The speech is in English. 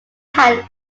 had